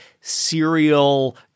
serial